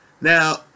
Now